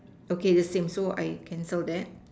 okay the same so I cancel that